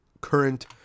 current